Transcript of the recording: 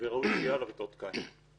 מאות קין.